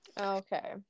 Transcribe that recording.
Okay